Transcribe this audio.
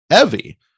Evie